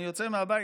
אני יוצא מהבית,